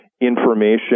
information